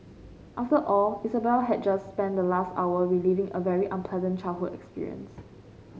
after all Isabel had just spent the last hour reliving a very unpleasant childhood experience